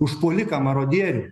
užpuoliką marodierių